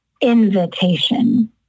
invitation